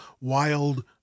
wild